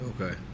Okay